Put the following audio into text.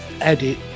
edit